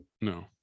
No